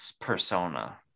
persona